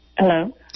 Hello